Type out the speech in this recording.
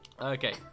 Okay